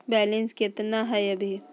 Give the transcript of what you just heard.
Balance केतना हय अभी?